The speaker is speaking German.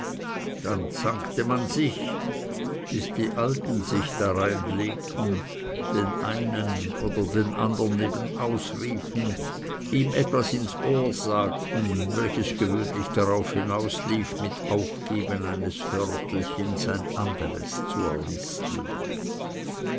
dann zankte man sich bis die alten sich dareinlegten den einen oder den andern nebenausriefen ihm etwas ins ohr sagten welches gewöhnlich darauf hinauslief mit aufgeben eines vörtelchens ein anderes zu